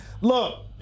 look